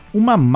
uma